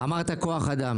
אמרת כוח אדם